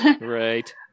Right